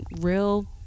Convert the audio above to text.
real